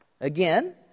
Again